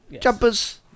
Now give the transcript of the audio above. Jumpers